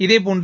இதேபோன்று